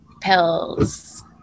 pills